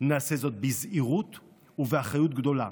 נעשה זאת בזהירות ובאחריות גדולה,